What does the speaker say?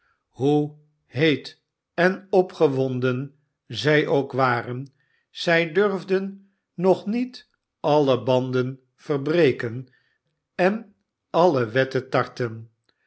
hoe heet en opgewonden zij ook waren zij durfden nog niet alle banden verbreken en alle wetten tarten